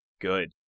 good